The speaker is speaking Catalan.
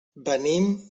venim